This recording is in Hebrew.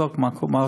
אם תהיה בעיה,